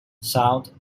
sound